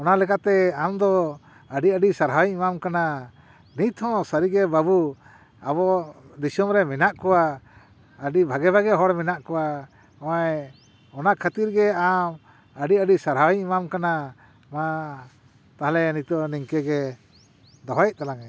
ᱚᱱᱟ ᱞᱮᱠᱟᱛᱮ ᱟᱢᱫᱚ ᱟᱹᱰᱤ ᱟᱹᱰᱤ ᱥᱟᱨᱦᱟᱣᱤᱧ ᱮᱢᱟᱢ ᱠᱟᱱᱟ ᱱᱤᱛᱦᱚᱸ ᱥᱟᱹᱨᱤᱜᱮ ᱵᱟᱹᱵᱩ ᱟᱵᱚ ᱫᱤᱥᱚᱢ ᱨᱮ ᱢᱮᱱᱟᱜ ᱠᱚᱣᱟ ᱟᱹᱰᱤ ᱵᱷᱟᱜᱮ ᱵᱷᱟᱜᱮ ᱦᱚᱲ ᱢᱮᱱᱟᱜ ᱠᱚᱣᱟ ᱱᱚᱜᱼᱚᱭ ᱚᱱᱟ ᱠᱷᱟᱹᱛᱤᱨ ᱜᱮ ᱟᱢ ᱟᱹᱰᱤ ᱟᱹᱰᱤ ᱥᱟᱨᱦᱟᱣᱤᱧ ᱮᱢᱟᱢ ᱠᱟᱱᱟ ᱢᱟ ᱛᱟᱦᱚᱞᱮ ᱱᱤᱛᱚᱜ ᱱᱤᱝᱠᱟᱹᱜᱮ ᱫᱚᱦᱚᱭᱮᱫ ᱛᱟᱞᱟᱝᱼᱟᱹᱧ